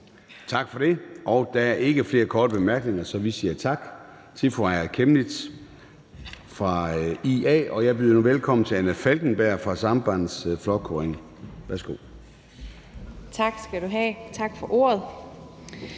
Tak for det. Der er ikke flere korte bemærkninger, så vi siger tak til fru Aaja Chemnitz fra IA. Jeg byder nu velkommen til fru Anna Falkenberg fra Sambandsflokkurin. Værsgo. Kl. 23:50 (Ordfører)